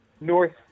north